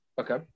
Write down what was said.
Okay